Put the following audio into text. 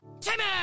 Timmy